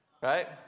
Right